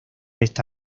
esta